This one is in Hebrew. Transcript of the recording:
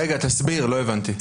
רגע, תסביר, לא הבנתי.